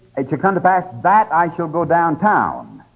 it shall come to pass that i shall go downtown,